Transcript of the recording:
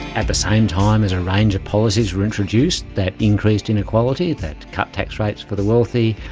at the same time as a range of policies were introduced that increased inequality, that cut tax rates for the wealthy,